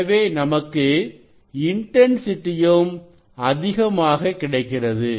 எனவே நமக்கு இன்டன்சிட்டியும் அதிகமாக கிடைக்கிறது